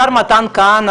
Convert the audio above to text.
השר מתן כהנא,